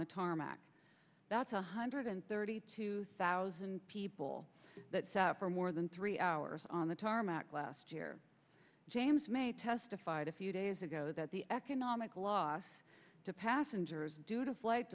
the tarmac that's one hundred thirty two thousand people that sat for more than three hours on the tarmac last year james may testified a few days ago that the economic loss to passengers due to flight